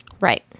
right